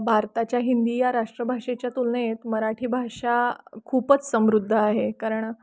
भारताच्या हिंदी या राष्ट्रभाषेच्या तुलनेत मराठी भाषा खूपच समृद्ध आहे कारण